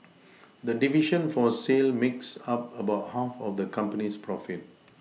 the division for sale makes up about half of the company's profit